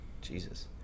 Jesus